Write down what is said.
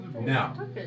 Now